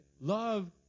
Love